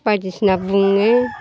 बायदिसिना बुङो